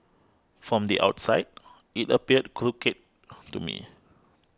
from the outside it appeared crooked to me